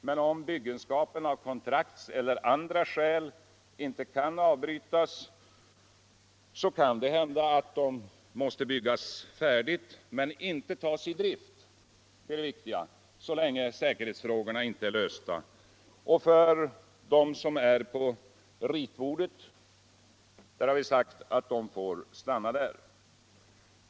Men om byggenskap av kontraktsskäl eller av andra anledningar inte kan avbrytas. kan det hända a de mäste byggas färdizt = men de skull dock inte tas i drift, och det är det viktiga, så länge säkerhotsfragorna är olösta. Vi har vidare sagt att de aggregat som ännu bara finns på ritbordet också fåär stanna diär.